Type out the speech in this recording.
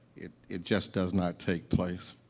it it just does not take place.